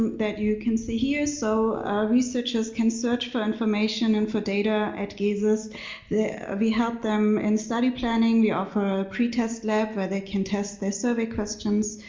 that you can see here so researchers can search for information and for data at jesus ah we help them in study planning we offer a pretest lab where they can test their survey questions